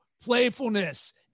playfulness